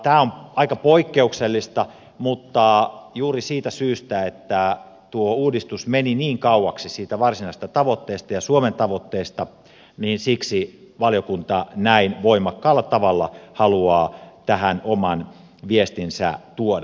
tämä on aika poikkeuksellista mutta juuri siitä syystä että tuo uudistus meni niin kauaksi siitä varsinaisesta tavoitteesta ja suomen tavoitteesta valiokunta näin voimakkaalla tavalla haluaa tähän oman viestinsä tuoda